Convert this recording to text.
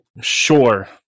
Sure